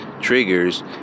triggers